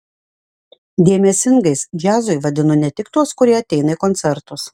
dėmesingais džiazui vadinu ne tik tuos kurie ateina į koncertus